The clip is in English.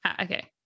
Okay